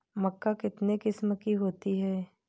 मक्का कितने किस्म की होती है?